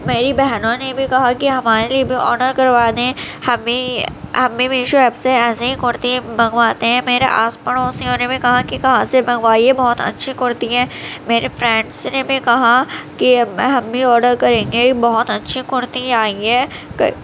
میری بہنوں نے بھی کہا کہ ہمارے لیے بھی آڈر کروا دیں ہم بھی ہم بھی میشو ایپ سے ایسے ہی کرتی منگواتے ہیں میرے آس پڑوسیوں نے بھی کہا کہ کہاں سے منگوائی ہے بہت اچھی کرتی ہے میرے فرینڈس نے بھی کہا کہ ہم بھی آڈر کریں گے بہت اچھی کرتی آئی ہے